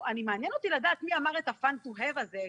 מעניין אותי לדעת מי אמר את ה"fun to have" הזה,